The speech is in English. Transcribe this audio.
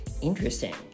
Interesting